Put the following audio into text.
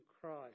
Christ